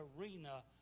arena